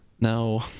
No